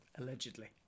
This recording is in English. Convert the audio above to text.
Allegedly